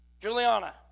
Juliana